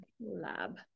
lab